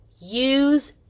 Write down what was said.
use